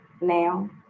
now